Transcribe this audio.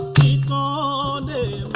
da da